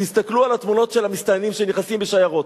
תסתכלו על התמונות של המסתננים שנכנסים בשיירות.